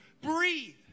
breathe